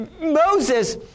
Moses